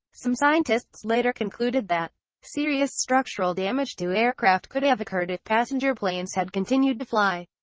some scientists later concluded that serious structural damage to aircraft could have occurred if passenger planes had continued to fly.